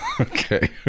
Okay